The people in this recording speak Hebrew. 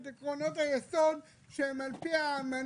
את עקרונות היסוד שהם על פי האמנה